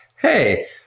hey